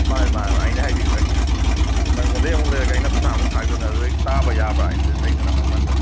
ꯃꯥꯅꯤ ꯃꯥꯅꯤ ꯃꯥꯅꯤ ꯑꯩꯅ ꯍꯥꯏꯗꯤ ꯅꯪꯉꯣꯟꯗꯩ ꯑꯃꯨꯛ ꯂꯩꯔꯒ ꯑꯩꯅ ꯈꯨꯊꯥꯡ ꯑꯃꯨꯛ ꯊꯥꯈꯤꯗꯣꯏꯅꯤ ꯑꯗꯨꯗꯒꯤ ꯇꯥꯕ ꯌꯥꯕ꯭ꯔꯥ ꯂꯩꯗꯅ ꯃꯃꯟꯗꯣ